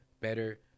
better